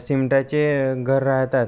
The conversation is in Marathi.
सिम्टाचे घर राहतात